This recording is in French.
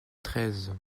treize